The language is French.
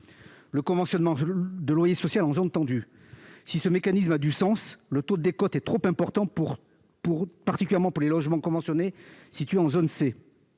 le conventionnement de loyer social en zone tendue. Si ce mécanisme a du sens, le taux de décote est trop important, particulièrement pour les logements conventionnés situés en zone C.